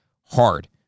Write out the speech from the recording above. hard